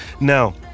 now